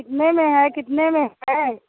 कितने में है कितने में है